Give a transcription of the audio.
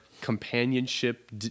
companionship